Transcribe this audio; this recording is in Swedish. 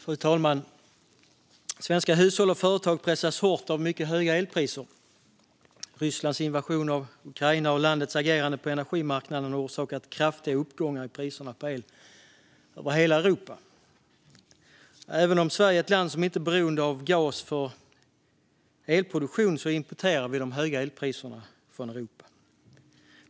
Fru talman! Svenska hushåll och företag pressas hårt av mycket höga elpriser. Rysslands invasion av Ukraina och landets agerande på energimarknaden har orsakat kraftiga uppgångar i priserna på el över hela Europa. Även om Sverige är ett land som inte är beroende av gas för elproduktion importerar vi de höga elpriserna från Europa.